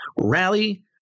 rally